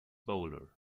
bowler